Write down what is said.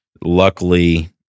Luckily